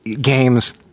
games-